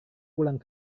pulang